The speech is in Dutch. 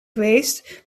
geweest